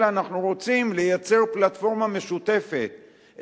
אלא אנחנו רוצים לייצר פלטפורמה משותפת.